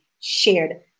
shared